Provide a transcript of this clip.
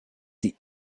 die